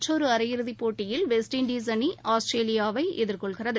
மற்றொரு அரையிறுதி போட்டியில் வெஸ்ட் இண்டீஸ் அணி ஆஸ்திரேலியாவை எதிர்கொள்கிறது